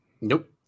Nope